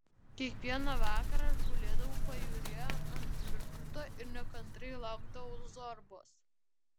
kiekvieną vakarą aš gulėdavau pajūryje ant žvirgždo ir nekantriai laukdavau zorbos